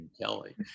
Kelly